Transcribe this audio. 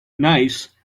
nice